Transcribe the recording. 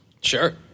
Sure